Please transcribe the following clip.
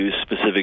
specific